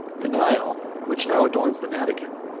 the nile which now adorns the vatican,